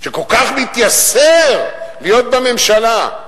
שכל כך מתייסר להיות בממשלה,